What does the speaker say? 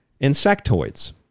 insectoids